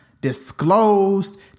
disclosed